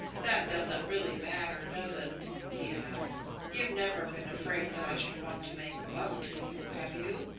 that doesn't really matter, does it? he asked. you've never been afraid that i should want to make love to you, have you?